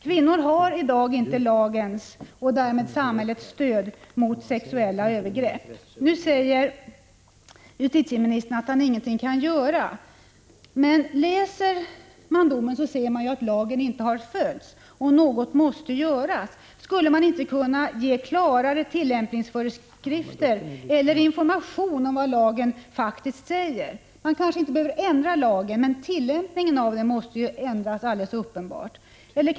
Kvinnor har i dag inte lagens och därmed samhällets stöd mot sexuella övergrepp. Justitieministern säger nu att han ingenting kan göra. Läser man domen, ser man att lagen inte har följts. Något måste därför göras. Skulle man inte kunna ge klarare tillämpningsföreskrifter eller information om vad lagen faktiskt säger? Lagen kanske inte behöver ändras, men tillämpningen av den måste alldeles uppenbart ändras.